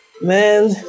man